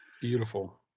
Beautiful